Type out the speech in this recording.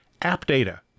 AppData